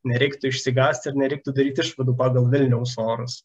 nereiktų išsigąst ir nereiktų daryt išvadų pagal vilniaus orus